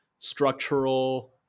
structural